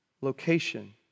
location